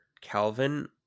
Calvin